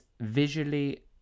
visually